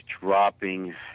dropping